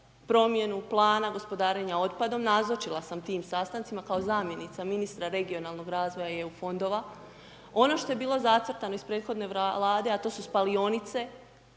promjenu Plana gospodarenja otpadom, nazočila sam ti sastancima kao zamjenica ministra regionalnog razvoja EU fondova. Ono što je bilo zacrtano iz prethodne Vlade, a to su spalionice,